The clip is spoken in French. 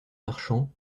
marchands